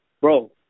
bro